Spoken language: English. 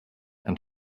and